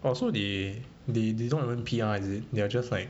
oh so they they not even P_R is it they are just like